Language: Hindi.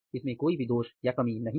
इसमें कोई भी दोष या कमी नहीं है